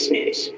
News